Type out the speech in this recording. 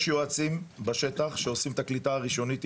יש יועצים בשטח שעושים את הקליטה הראשונית,